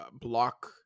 block